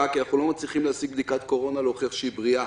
כי אנחנו לא מצליחים להשיג בדיקת קורונה להוכיח שהיא בריאה.